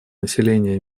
населения